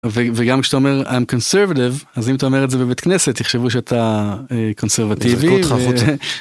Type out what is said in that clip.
וגם כשאתה אומר אני קונסרבטיבי אז אם אתה אומר את זה בבית כנסת יחשבו שאתה קונסרבטיבי. יזרקו אותך החוצה